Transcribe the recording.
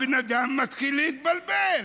הבן-אדם מתחיל להתבלבל.